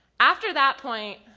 after that point